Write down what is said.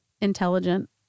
intelligent